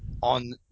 on